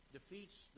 defeats